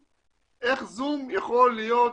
איך זום יכול להיות